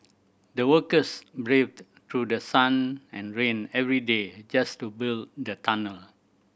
the workers braved through the sun and rain every day just to build the tunnel